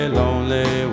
lonely